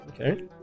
Okay